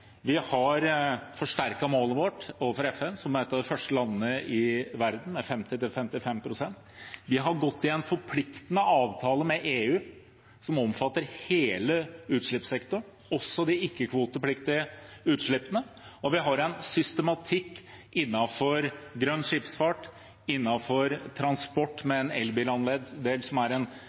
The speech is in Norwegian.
Vi har forsterket målet vårt overfor FN, som et av de første landene i verden, med 50–55 pst., vi har gått inn i en forpliktende avtale med EU som omfatter hele utslippssektoren, også de ikke-kvotepliktige utslippene, og vi har en systematikk innenfor grønn skipsfart, innenfor transport, med en elbilandel som er